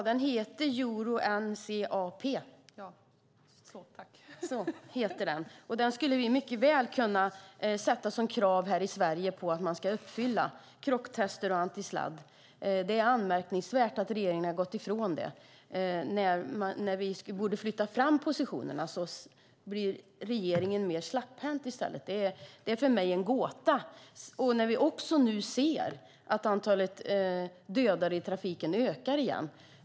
Fru talman! Den heter Euro NCAP. Vi skulle mycket väl kunna ha som krav här i Sverige att man ska uppfylla dessa krocktester och antisladd. Det är anmärkningsvärt att regeringen har gått ifrån det. När vi borde flytta fram positionerna blir regeringen mer slapphänt i stället. Det är för mig en gåta. Nu ser vi också att antalet dödade i trafiken ökar igen.